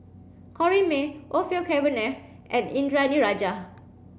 Corrinne May Orfeur Cavenagh and Indranee Rajah